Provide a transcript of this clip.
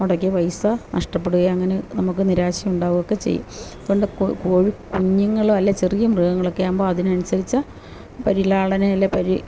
മുടക്കിയ പൈസ നഷ്ടപ്പെടുകയും അങ്ങനെ നമുക്ക് നിരാശ ഉണ്ടാകുകയൊക്കെ ചെയ്യും അതുകൊണ്ടു കോഴിക്കുഞ്ഞുങ്ങളോ അല്ലെങ്കിൽ ചെറിയ മൃഗങ്ങളൊക്കെ ആകുമ്പോൾ അതിനനുസരിച്ചു പരിലാളനം അല്ലെങ്കിൽ പരി